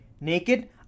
naked